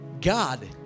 God